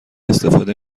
استفاده